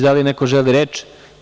Da li neko želi reč?